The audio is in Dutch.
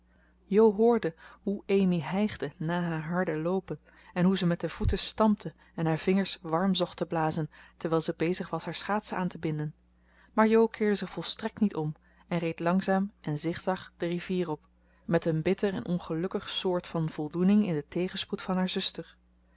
jo hoorde hoe amy hijgde na haar harde loopen en hoe ze met de voeten stampte en haar vingers warm zocht te blazen terwijl ze bezig was haar schaatsen aan te binden maar jo keerde zich volstrekt niet om en reed langzaam en zigzag de rivier op met een bitter en ongelukkig soort van voldoening in den tegenspoed van haar zuster